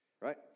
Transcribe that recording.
right